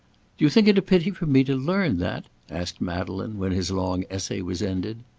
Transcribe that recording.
do you think it a pity for me to learn that? asked madeleine when his long essay was ended.